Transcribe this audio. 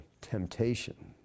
temptation